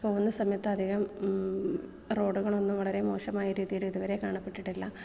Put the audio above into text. പോകുന്ന സമയത്ത് അധികം റോഡുകളൊന്നും വളരെ മോശമായ രീതിയില് ഇതുവരെ കാണപ്പെട്ടിട്ടില്ല